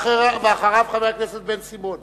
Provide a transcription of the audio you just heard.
ואחריו, חבר הכנסת בן-סימון.